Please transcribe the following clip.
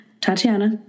Tatiana